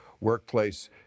workplace